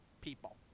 people